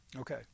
Okay